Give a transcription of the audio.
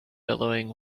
billowing